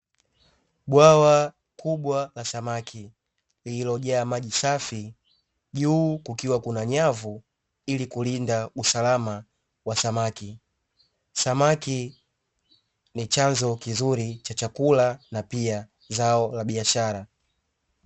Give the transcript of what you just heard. Bwawa kubwa la samaki lililojaa maji safi, juu kukiwa kuna nyavu ili kulinda usalama wa samaki. Samaki ni chanzo kizuri cha chakula na pia zao la biashara.